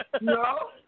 No